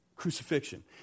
crucifixion